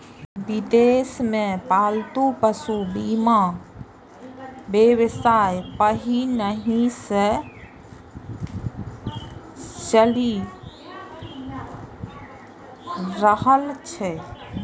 विदेश मे पालतू पशुक बीमा व्यवसाय पहिनहि सं चलि रहल छै